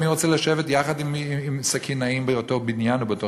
מי רוצה לשבת יחד עם סכינאים באותו בניין או באותו